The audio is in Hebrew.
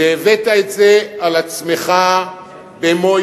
שהבאת את זה על עצמך במו-ידיך.